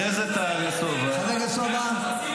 תעלה --- חבר הכנסת סובה,